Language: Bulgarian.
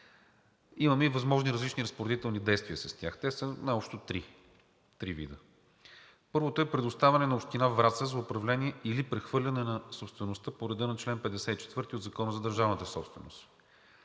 имаме и възможни различни разпоредителни действия с тях. Те са най общо три вида: първо е предоставяне на Община Враца за управление или прехвърляне на собствеността по реда на чл. 54 от Закона за държавната собственост;